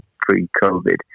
pre-COVID